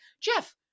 jeff